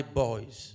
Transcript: boys